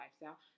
lifestyle